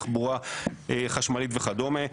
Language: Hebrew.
תחבורה חשמלית וכדומה.